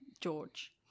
George